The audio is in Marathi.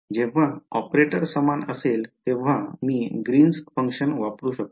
जेव्हा ऑपरेटर समान असेल तेव्हा मी ग्रीन फंक्शन वापरु शकतो